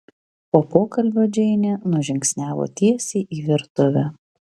po pokalbio džeinė nužingsniavo tiesiai į virtuvę